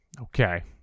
Okay